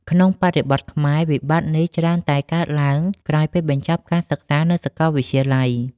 ក្នុងបរិបទខ្មែរ វិបត្តិនេះច្រើនតែកើតឡើងក្រោយពេលបញ្ចប់ការសិក្សានៅសាកលវិទ្យាល័យ។